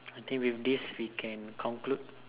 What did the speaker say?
I think with this we can conclude